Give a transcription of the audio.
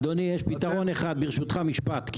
אדוני, יש פתרון אחד, ברשותך, משפט.